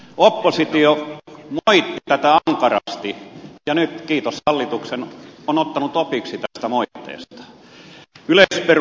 oppositio moitti tätä ankarasti ja nyt kiitos hallitukselle joka on ottanut opiksi tästä moitteesta